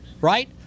right